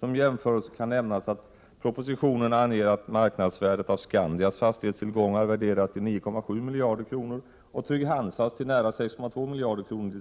Som jämförelse kan nämnas att det i propositionen anges att marknadsvärdet av Skandias fastighetstillgångar i december 1986 uppskattas till 9,7 miljarder kronor och Trygg-Hansas till nära 6,2 miljarder kronor.